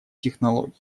технологий